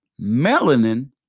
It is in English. Melanin